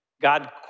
God